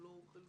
כולו או חלקו.